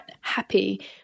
happy